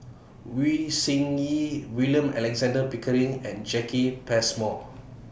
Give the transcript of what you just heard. Wei Tsai Yen William Alexander Pickering and Jacki Passmore